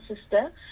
sister